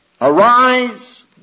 arise